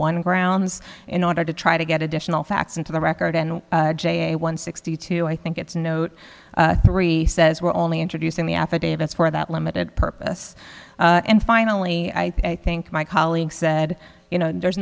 one grounds in order to try to get additional facts into the record and j one sixty two i think it's a note three says we're only introducing the affidavits for that limited purpose and finally i think my colleague said you know there's